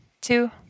two